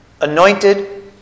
Anointed